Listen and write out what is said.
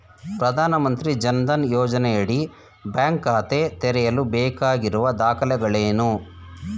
ಪ್ರಧಾನಮಂತ್ರಿ ಜನ್ ಧನ್ ಯೋಜನೆಯಡಿ ಬ್ಯಾಂಕ್ ಖಾತೆ ತೆರೆಯಲು ಬೇಕಾಗಿರುವ ದಾಖಲೆಗಳೇನು?